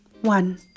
one